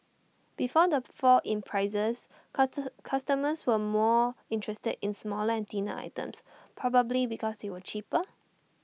before the fall in prices cuter customers were more interested in smaller and thinner items probably because they were cheaper